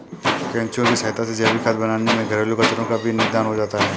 केंचुए की सहायता से जैविक खाद बनाने में घरेलू कचरो का भी निदान हो जाता है